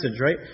right